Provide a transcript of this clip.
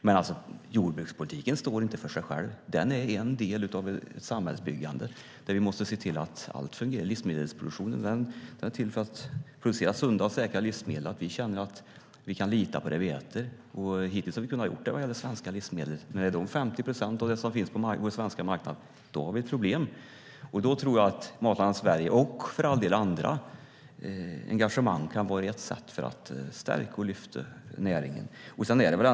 Men jordbrukspolitiken står inte för sig själv. Den är en del av ett samhällsbyggande, där vi måste se till att allt fungerar. Livsmedelsproduktionen är till för att producera sunda och säkra livsmedel, så att vi känner att vi kan lita på vad vi äter. Hittills har vi kunnat göra det vad gäller svenska livsmedel. När det är 50 procent av det som finns på vår svenska marknad har vi ett problem. Jag tror att Matlandet Sverige, och för all del andra engagemang, kan vara ett sätt att stärka och lyfta näringen.